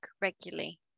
regularly